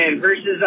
versus